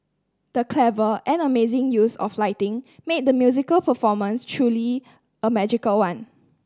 the clever and amazing use of lighting made the musical performance truly a magical one